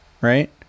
right